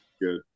good